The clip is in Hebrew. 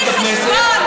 לסגנון של עלבונות בכנסת,